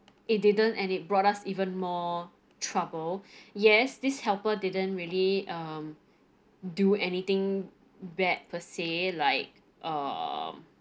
it didn't and it brought us even more trouble yes this helper didn't really um do anything bad per se like um